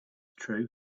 true